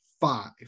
five